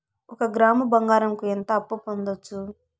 ఒక గ్రాము బంగారంకు ఎంత అప్పు పొందొచ్చు